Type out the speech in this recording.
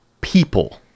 people